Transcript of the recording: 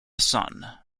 son